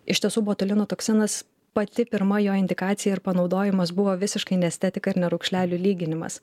iš tiesų botulino toksinas pati pirma jo indikacija ir panaudojimas buvo visiškai ne estetika ir ne raukšlelių lyginimas